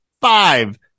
five